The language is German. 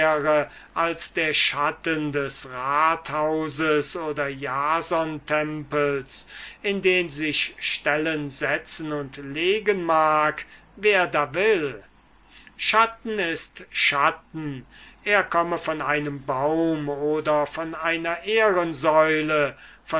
als der schatten des rathauses oder des jasontempels in den sich stellen setzen und legen mag wer da will schatten ist schatten er komme von einem baum oder von einer ehrensäule